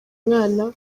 umwana